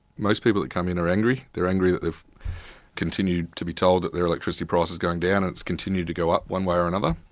most people that come in are angry, they're angry that they've continued to be told that their electricity price is going down and it's continued to go up, one way or another,